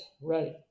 right